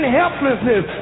helplessness